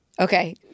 okay